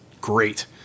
great